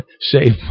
save